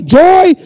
joy